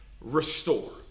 restore